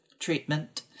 treatment